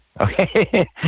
okay